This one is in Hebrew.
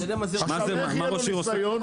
עכשיו איך יהיה לו ניסיון?